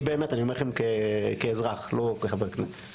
אני באמת אומר לכם כאזרח, לא כחבר כנסת.